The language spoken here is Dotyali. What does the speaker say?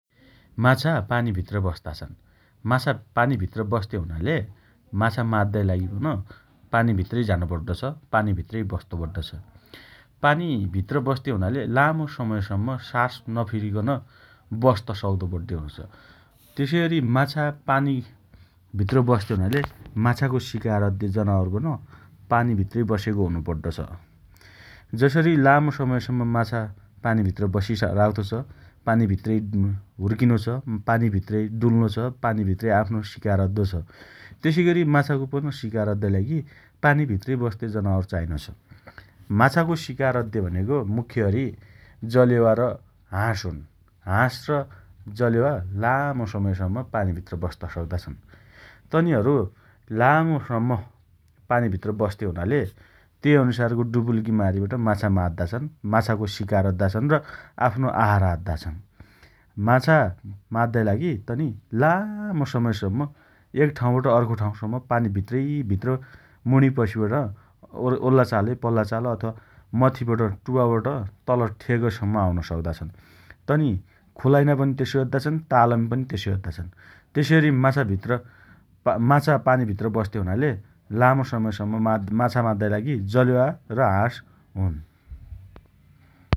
माछा पानीभित्र बस्ता छन् । माछा पानीभित्र बस्ते हुनाले माछा माद्दाइ लागि पन पानीभित्रै झानु पड्डो छ । पानीभित्रै बस्तो पड्डो छ । पानीभित्र बस्ते हुनाले लामो समयसम्म शास नफेरिकन बस्त सक्दो पड्डे हुनोछ । तेसइ अरि माछा पानी भित्र बस्ते हुनाले माछाको शिकार अद्दे जनावरपन पानीभित्रै बसेको हुनो पड्डो छ । जसरी लामो समयसम्म माछा पानीभित्र बसिराख्तो छ । पानीभित्रै हुर्किनोछ । पानीभित्रै डुल्नोछ । पानीभित्रै आफ्नो शिकार अद्दो छ । तेसइगरी माछाको पन शिकार अद्दाइ लागि पानीभित्रै बस्ते जनावर चाहिनो छ । माछाको शिकार अद्दे भनेको मुख्यअरि जलेवा र हाँस हुन् । हाँस र जलेवा लामो समयसम्म पानीभित्र बस्त सक्ता छन् । तनिहरु लामोसम्म पानीभित्र बस्ते हुनाले तेइ अनुसारको डुबिल्की मारिबट माछा माद्दा छन् । माछाको शिकार अद्दा छन् । र आफ्नो आहारा अद्दा छन् । माछा माद्दाइ लागि तनि लामो समयसम्म एक ठाउँबाट अर्को ठाउँसम्म पानीभित्रैभित्र मुणिपसिबट ओल्ला चालहै पल्ला चाल अथवा मथिबट टुपाबट तल ठेगसम्म आउन सक्ता छन् । तनी खोलाइना पनि तसोइ अद्दा छन् । तालमी पनि तसोइ अद्दा छन् । तेसैअरि माछाभित्र माछा पानीभित्र बस्ते हुनाले लामो समयसम्म माद् माछा माद्दाइ लागि जलेवा र हाँस हुन् ।